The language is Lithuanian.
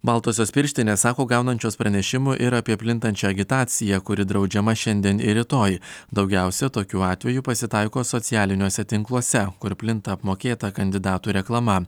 baltosios pirštinės sako gaunančios pranešimų ir apie plintančią agitaciją kuri draudžiama šiandien ir rytoj daugiausia tokių atvejų pasitaiko socialiniuose tinkluose kur plinta apmokėta kandidatų reklama